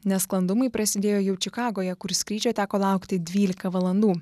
nesklandumai prasidėjo jau čikagoje kur skrydžio teko laukti dvylika valandų